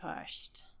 pushed